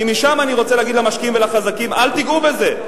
כי משם אני רוצה להגיד למשקיעים ולחזקים: אל תיגעו בזה.